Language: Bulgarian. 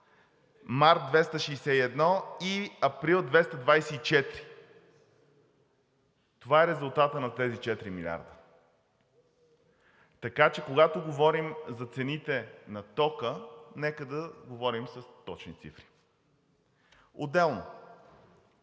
март – 261, и април – 224. Това е резултатът на тези 4 милиарда. Така че когато говорим за цените на тока, нека да говорим с точни цифри. Отделно,